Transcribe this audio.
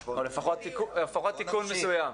או לפחות תיקון מסוים.